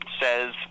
says